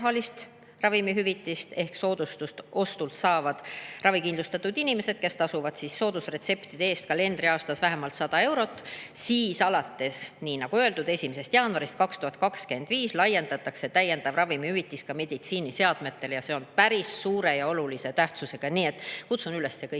ravimihüvitist ehk soodustust ostu tegemisel saavad ravikindlustatud inimesed, kes tasuvad soodusretseptide eest kalendriaastas vähemalt 100 eurot. Nagu öeldud, alates 1. jaanuarist 2025 laiendatakse täiendav ravimihüvitis ka meditsiiniseadmetele ja see on päris suure ja olulise tähtsusega. Nii et kutsun kõiki